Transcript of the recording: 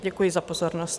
Děkuji za pozornost.